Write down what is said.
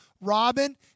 Robin